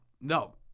No